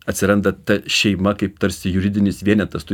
atsiranda ta šeima kaip tarsi juridinis vienetas tu